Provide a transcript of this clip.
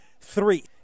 three